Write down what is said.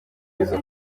iza